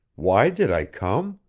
why did i come?